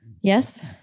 Yes